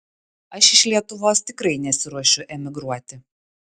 aš iš lietuvos tikrai nesiruošiu emigruoti